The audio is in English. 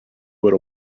what